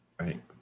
right